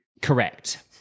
correct